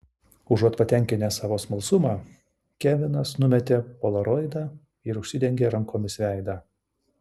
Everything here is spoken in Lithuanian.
užuot patenkinęs savo smalsumą kevinas numetė polaroidą ir užsidengė rankomis veidą